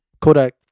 kodak